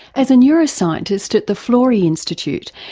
as a neuroscientist at the florey institute,